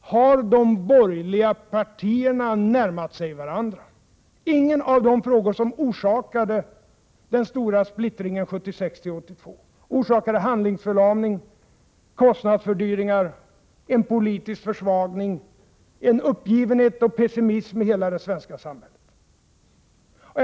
har de borgerliga partierna närmat sig varandra — ingen av de frågor som orsakade den stora splittringen 1976—1982, orsakade handlingsförlamning, kostnadsfördyringar, en politisk försvagning, en uppgivenhet och pessimism i hela det svenska samhället.